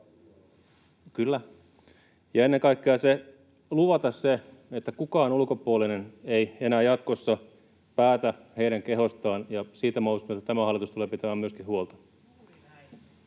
kyllä — ja ennen kaikkea luvata se, että kukaan ulkopuolinen ei enää jatkossa päätä heidän kehostaan, ja minä uskon, että tämä hallitus tulee pitämään siitä myöskin huolta.